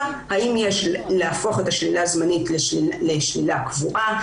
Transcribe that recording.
האם יש להפוך את השלילה הזמנית לשלילה קבועה,